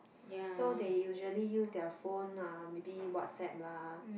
so they usually use their phone ah maybe WhatsApp lah